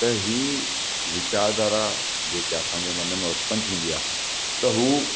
त हीअ वीचार धारा जेका असांजे मन में उत्पन थींदी आ्हे त उहा